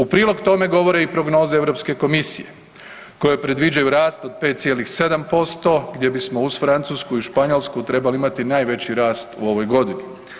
U prilog tome govore i prognoze Europske komisije koje predviđaju rast od 5,7% gdje bismo uz Francusku i Španjolsku trebali imati najveći rast u ovoj godini.